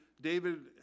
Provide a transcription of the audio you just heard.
David